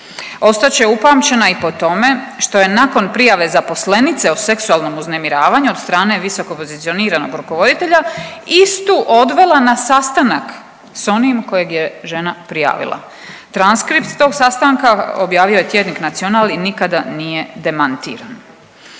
Ostat će upamćena i po tome što je nakon prijave zaposlenice o seksualnom uznemiravanju od strane visoko pozicioniranog rukovoditelja istu odvela na sastanak sa onim kojeg je žena prijavila. Transkript tog sastanka objavio je tjednik Nacional i nikada nije demantiran.